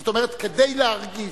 זאת אומרת, כדי להרגיז.